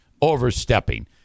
overstepping